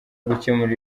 gukemura